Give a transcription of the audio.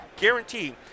guarantee